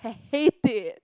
hate it